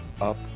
up